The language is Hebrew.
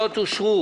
הצבעה